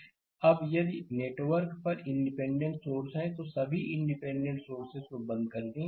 slide समय देखें 0648 अब यदि नेटवर्क पर डिपेंडेंट सोर्स हैं तो सभी इंडिपेंडेंट सोर्सेस को बंद कर दें